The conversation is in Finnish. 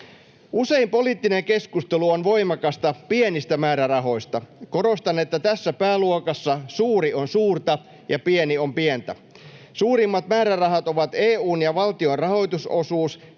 Usein poliittinen keskustelu on voimakasta pienistä määrärahoista. Korostan, että tässä pääluokassa suuri on suurta ja pieni on pientä. Suurimmat määrärahat ovat EU:n ja valtion rahoitusosuus